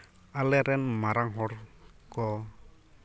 ᱟᱞᱮ ᱨᱮᱱ ᱢᱟᱨᱟᱝ ᱦᱚᱲ ᱠᱚ